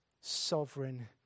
sovereign